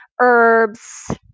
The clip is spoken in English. herbs